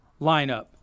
lineup